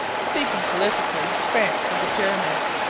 speaking politically, france was a pyramid.